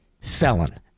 felon